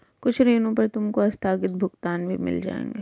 कुछ ऋणों पर तुमको आस्थगित भुगतान भी मिल जाएंगे